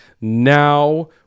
now